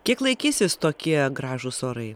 kiek laikysis tokie gražūs orai